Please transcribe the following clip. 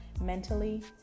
mentally